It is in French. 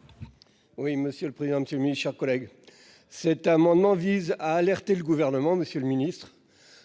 de monsieur l'abbé. Oui, monsieur le président. Chers collègues cet amendement vise à alerter le gouvernement, Monsieur le Ministre